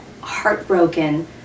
heartbroken